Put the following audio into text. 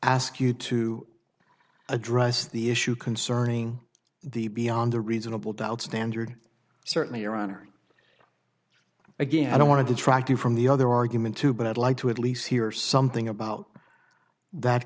ask you to address the issue concerning the beyond the reasonable doubt standard certainly your honor again i don't want to detract you from the other argument too but i'd like to at least hear something about that